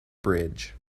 bridge